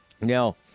now